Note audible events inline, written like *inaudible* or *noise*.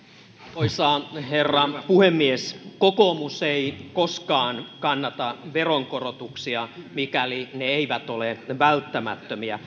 arvoisa herra puhemies kokoomus ei koskaan kannata veronkorotuksia mikäli ne eivät ole välttämättömiä *unintelligible*